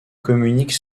communique